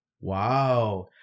Wow